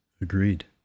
Agreed